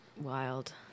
wild